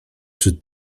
czy